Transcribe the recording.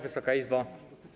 Wysoka Izbo!